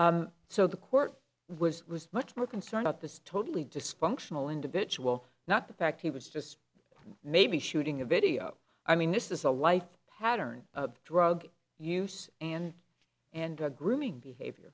that so the court was much more concerned about this totally dysfunctional individual not the fact he was just maybe shooting a video i mean this is a life pattern of drug use and and grooming behavior